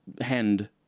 hand